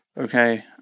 Okay